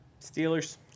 Steelers